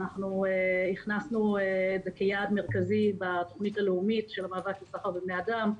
אנחנו הכנסנו כיעד מרכזי בתוכנית הלאומית של המאבק בסחר בבני אדם,